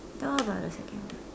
then what about the second one